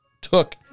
took